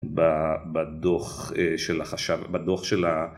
בדו"ח של החשב... בדו"ח של ה...